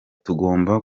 tugomba